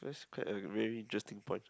that's quite a very interesting point